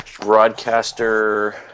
broadcaster